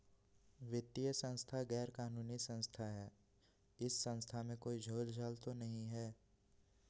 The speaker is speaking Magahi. वित्तीय संस्था गैर कानूनी संस्था है इस संस्था में कोई झोलझाल तो नहीं है?